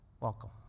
Welcome